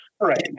right